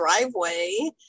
driveway